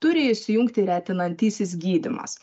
turi įsijungti retinantysis gydymas